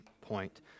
point